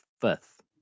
fifth